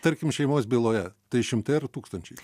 tarkim šeimos byloje tai šimtai ar tūkstančiai